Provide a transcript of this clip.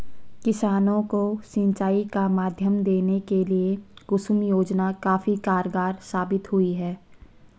किसानों को सिंचाई का माध्यम देने के लिए कुसुम योजना काफी कारगार साबित हुई है